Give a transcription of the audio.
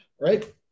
right